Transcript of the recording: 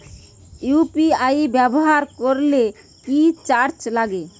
UPI ব্যবহার করলে কি চার্জ লাগে?